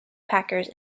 packers